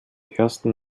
ersten